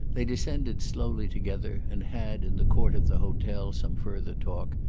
they descended slowly together and had, in the court of the hotel, some further talk,